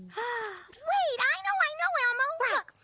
hmm. wait, i know, i know, elmo!